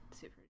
super